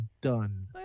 done